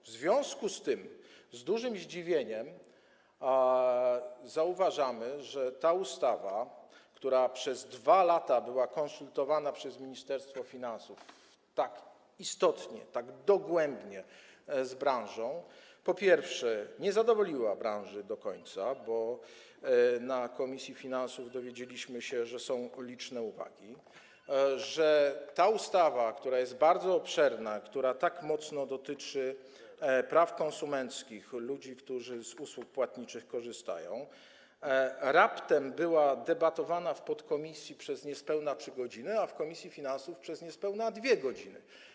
W związku z tym z dużym zdziwieniem zauważamy, że ta ustawa, która przez 2 lata była konsultowana przez Ministerstwo Finansów tak rzeczowo, tak dogłębnie z branżą, nie zadowoliła branży do końca, bo na posiedzeniu komisji finansów dowiedzieliśmy się, że są do niej liczne uwagi, że nad tą ustawą, która jest bardzo obszerna, która tak mocno dotyczy praw konsumenckich, ludzi, którzy z usług płatniczych korzystają, raptem debatowano w podkomisji przez niespełna 3 godziny, a w komisji finansów przez niespełna 2 godziny.